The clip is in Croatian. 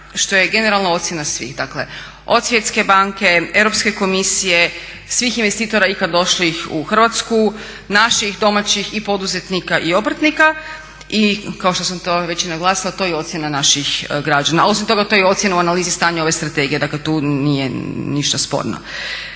što je generalno ocjena svih dakle od Svjetske banke, Europske komisije, svih investitora ikad došlih u Hrvatsku, naših domaćih i poduzetnika i obrtnika i kao što sam to već i naglasila to je ocjena naših građana. Osim toga to je i ocjena u analizi stanja ove strategije. Dakle tu nije ništa sporno.